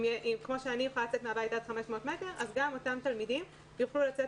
כפי שאני יכולה לצאת מן הבית עד 500 מטר אז גם אותם תלמידים יוכלו לצאת